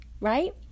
right